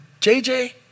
JJ